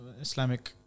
Islamic